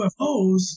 UFOs